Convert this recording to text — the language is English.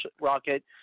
rocket